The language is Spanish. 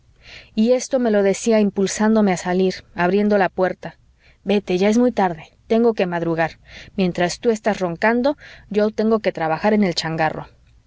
y esto me lo decía impulsándome a salir y abriendo la puerta vete ya es muy tarde tengo que madrugar mientras tú estás roncando yo tengo que trabajar en el changarro